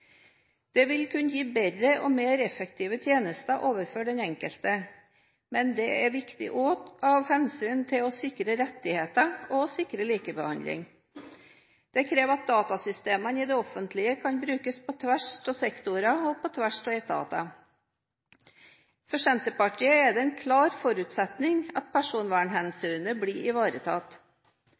Det vil kunne gi bedre og mer effektive tjenester overfor den enkelte, men det er viktig også med hensyn til å sikre rettigheter og likebehandling. Dette krever at datasystemene i det offentlige kan brukes på tvers av sektorer og på tvers av etater. For Senterpartiet er det en klar forutsetning at personvernhensynet blir ivaretatt.